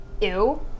ew